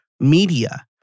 media